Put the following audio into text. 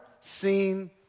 seen